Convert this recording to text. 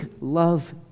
love